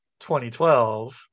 2012